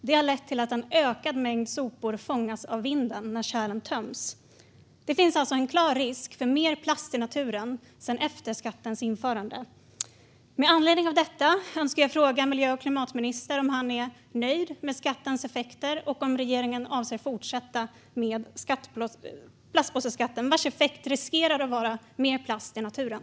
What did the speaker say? Det har lett till att en ökad mängd sopor fångas av vinden när kärlen töms. Det finns alltså en klar risk för mer plast i naturen efter skattens införande. Med anledning av detta önskar jag fråga miljö och klimatministern om han är nöjd med skattens effekter och om regeringen avser att fortsätta med plastpåseskatten, vars effekt riskerar att vara att det blir mer plast i naturen.